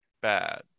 bad